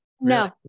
No